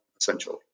essentially